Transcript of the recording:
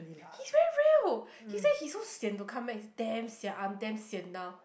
he's very real he say he so sian to come back it's damn sian I'm damn sian now